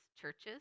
churches